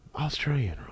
Australian